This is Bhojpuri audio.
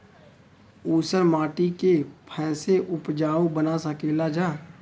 ऊसर माटी के फैसे उपजाऊ बना सकेला जा?